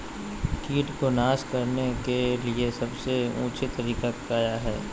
किट को नास करने के लिए सबसे ऊंचे तरीका काया है?